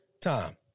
time